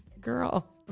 girl